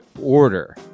order